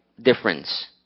difference